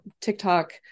TikTok